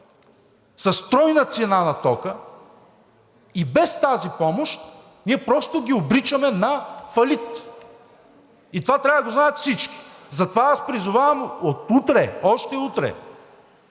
с тройна цена на тока и без тази помощ, ние просто ги обричаме на фалит. И това трябва да го знаят всички. Затова аз призовавам от утре, още утре